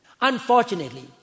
Unfortunately